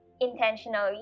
intentionally